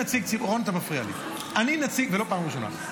רון, אתה מפריע לי, ולא בפעם הראשונה.